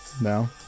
no